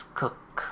cook